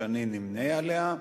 שאני נמנה עליה,